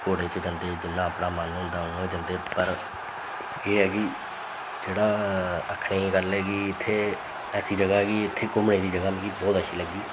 घोड़े च जंदे जिन्ना अपना मन होंदा उ'यां जंदे पर एह् ऐ कि जेह्ड़ा आखने दी गल्ल ऐ गी इत्थें ऐसी जगह् ऐ कि इत्थें घूमने दी जगह् मिगी बोह्त अच्छी लग्गी